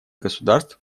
государств